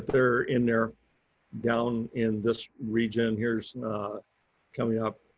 they're in. they're down in this region. here's coming up,